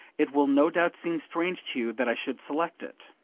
it will no doubt seem strange to you that i should select it.